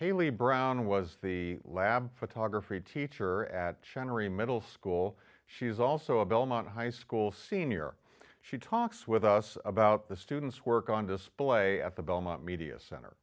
haley brown was the lab photography teacher at school she was also a belmont high school senior she talks with us about the students work on display at the belmont media center